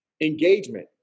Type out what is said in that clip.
Engagement